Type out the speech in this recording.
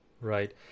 Right